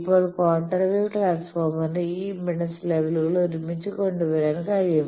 ഇപ്പോൾ quarter wave ട്രാൻസ്ഫോർമറിന് ഈ ഇംപെഡൻസ് ലെവലുകൾ ഒരുമിച്ച് കൊണ്ടുവരാൻ കഴിയും